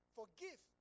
forgive